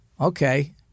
Okay